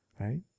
right